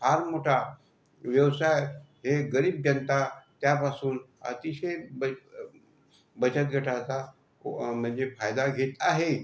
फार मोठा व्यवसाय हे गरीब जनता त्यापासून अतिशय ब बचत गटाचा म्हणजे फायदा घेत आहे